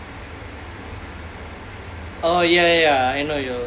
oh ya ya I know Yole